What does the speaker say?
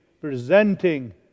presenting